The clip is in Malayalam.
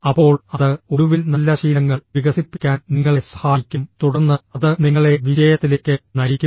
അപ്പോൾ അത് ഒടുവിൽ നല്ല ശീലങ്ങൾ വികസിപ്പിക്കാൻ നിങ്ങളെ സഹായിക്കും തുടർന്ന് അത് നിങ്ങളെ വിജയത്തിലേക്ക് നയിക്കും